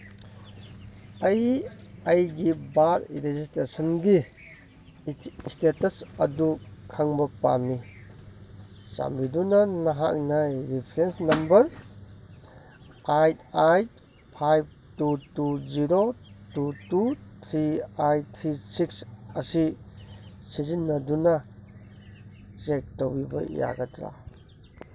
ꯑꯩ ꯑꯩꯒꯤ ꯕꯥꯔꯠ ꯔꯦꯖꯤꯁꯇ꯭ꯔꯁꯟꯒꯤ ꯏꯁꯇꯦꯇꯁ ꯑꯗꯨ ꯈꯪꯕ ꯄꯥꯝꯃꯤ ꯆꯥꯟꯕꯤꯗꯨꯅ ꯅꯍꯥꯛꯅ reference number eight eight five two two zero two two three eight three six ꯑꯁꯤ ꯁꯤꯖꯤꯟꯅꯗꯨꯅ ꯆꯦꯛ ꯇꯧꯕꯤꯕ ꯌꯥꯒꯗ꯭ꯔꯥ